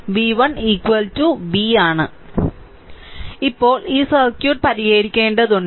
അതിനാൽ ഇപ്പോൾ ഈ സർക്യൂട്ട് പരിഹരിക്കേണ്ടതുണ്ട്